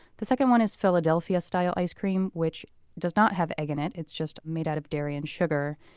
the second one is philadelphia-style ice cream, which does not have egg in it it's just made out of dairy and sugar.